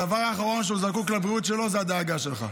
הדבר האחרון שהוא זקוק לבריאות שלו זה הדאגה שלך.